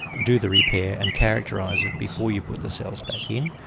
do the repair and characterise it before you put the cells back in,